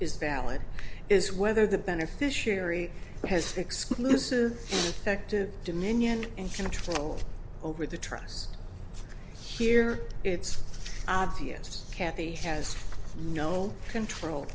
is valid is whether the beneficiary has exclusive active dominion and control over the trust here it's obvious cathy has no control